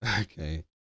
Okay